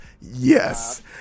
Yes